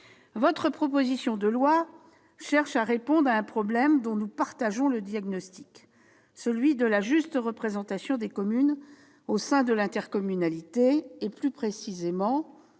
Cette proposition de loi cherche à répondre à un problème dont nous partageons le diagnostic, celui de la juste représentation des communes- plus précisément,